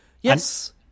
Yes